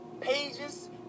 pages